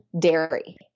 dairy